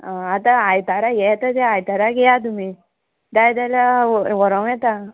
आं आतां आयताराक येता ते आयताराक येया तुमी जाय जाल्यार व्होरो येता